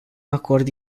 acord